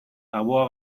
tabua